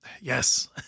Yes